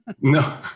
No